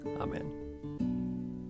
Amen